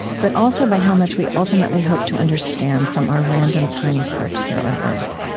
but also by how much we ultimately hope to understand, from our random tiny perch here on earth.